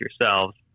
yourselves